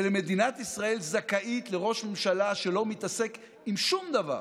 ומדינת ישראל זכאית לראש ממשלה שלא מתעסק עם שום דבר